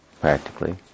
practically